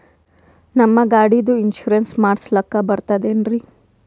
ನಮ್ಮ ಗಾಡಿದು ಇನ್ಸೂರೆನ್ಸ್ ಮಾಡಸ್ಲಾಕ ಬರ್ತದೇನ್ರಿ?